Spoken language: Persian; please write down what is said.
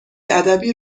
ادبی